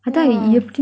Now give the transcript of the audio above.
!whoa!